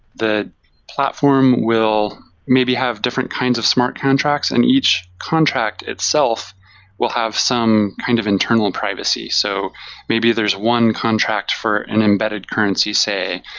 the platform will maybe have different kinds of smart contracts, and each contract itself will have some kind of internal privacy. so maybe there's one contract for an embedded currency, say,